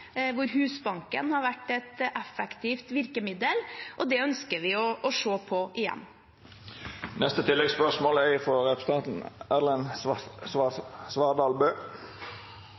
hvor Husbanken har vært et effektivt virkemiddel, og det ønsker vi å se på igjen. Det blir oppfølgingsspørsmål – først Erlend